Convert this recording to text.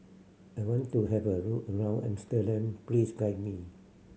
I want to have a look around Amsterdam please guide me